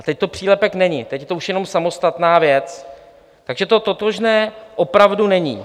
A teď to přílepek není, teď je to už jenom samostatná věc, takže to totožné opravdu není.